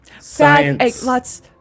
Science